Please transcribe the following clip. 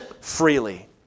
freely